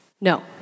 No